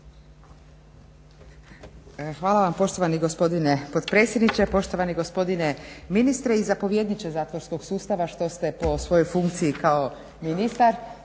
Hvala vam poštovani gospodine potpredsjedniče, poštovani gospodine ministre i zapovjedniče zatvorskog sustava što ste po svojoj funkciji kao ministar